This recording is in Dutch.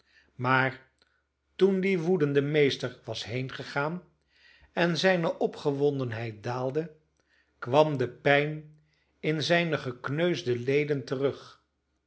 maar toen die woedende meester was heengegaan en zijne opgewondenheid daalde kwam de pijn in zijne gekneusde leden terug